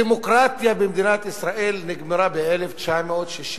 הדמוקרטיה במדינת ישראל נגמרה ב-1967,